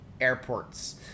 airports